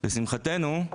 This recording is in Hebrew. לשמחתנו,